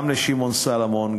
גם לשמעון סולומון,